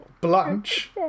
Blanche